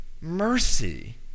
mercy